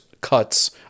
cuts